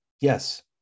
yes